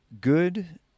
Good